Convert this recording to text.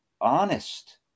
honest